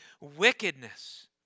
wickedness